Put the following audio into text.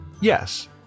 Yes